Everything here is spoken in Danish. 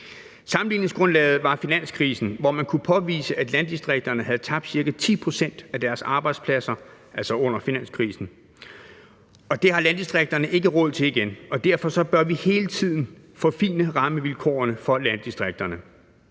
Sammenligningsgrundlaget var finanskrisen, hvor man kunne påvise, at landdistrikterne havde tabt ca. 10 pct. af deres arbejdspladser. Det har landdistrikterne ikke råd til igen, og derfor bør vi hele tiden forfine rammevilkårene for landdistrikterne.